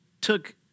took